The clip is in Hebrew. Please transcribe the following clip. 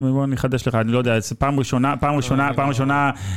בוא אני אחדש לך אני לא יודע, פעם ראשונה, פעם ראשונה, פעם ראשונה